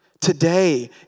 Today